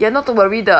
ya not to worry the